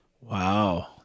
Wow